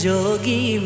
Jogi